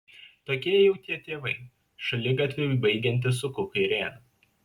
tokie jau tie tėvai šaligatviui baigiantis suku kairėn